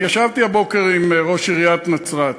אני ישבתי הבוקר עם ראש עיריית נצרת,